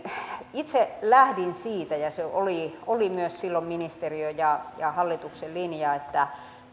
itse lähdin siitä ja se oli myös silloin ministeriön ja hallituksen linja että